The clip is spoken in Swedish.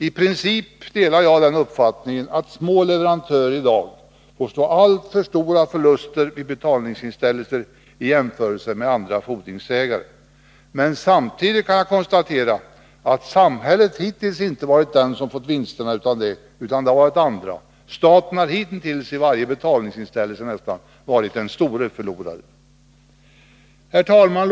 I princip delar jag uppfattningen att små leverantörer i dag får stå för alltför stora förluster vid betalningsinställelser i jämförelse med andra fordringsägare, men samtidigt kan jag konstatera att samhället inte fått vinsterna, utan det har varit andra. Staten har hitintills vid nästan varje betalningsinställelse varit den stora förloraren. Herr talman!